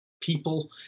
people